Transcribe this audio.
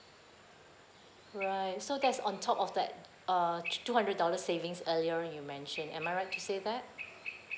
right so that's on top of that uh two hundred dollar savings earlier you mention am I right to say that